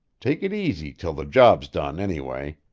take it easy till the job's done, anyway.